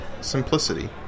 simplicity